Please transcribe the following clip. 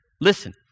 listen